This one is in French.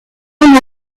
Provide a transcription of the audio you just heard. armes